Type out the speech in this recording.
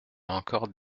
encore